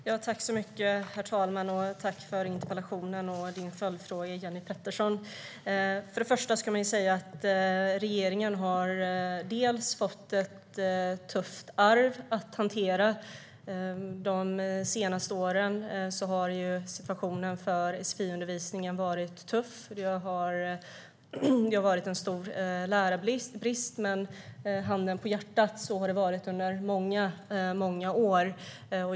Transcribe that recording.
Herr talman! Jag tackar Jenny Petersson för interpellationen och följdfrågan. För det första kan man säga att regeringen har fått ett tufft arv att hantera. De senaste åren har situationen för sfi-undervisningen varit tuff. Det har varit en stor lärarbrist. Men - handen på hjärtat - så har det varit under många år.